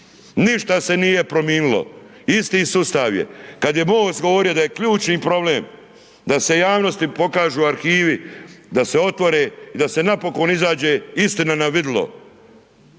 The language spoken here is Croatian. Ništa se nije promijenilo, isti sustav je. Kad je MOST govorio da je ključni problem da se javnosti pokažu arhivi, da se otvore i da se napokon izađe istina na vidjelo